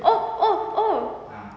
oh oh oh